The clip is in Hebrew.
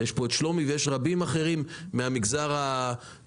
יש פה את שלומי ויש רבים אחרים מהמגזר הפרטי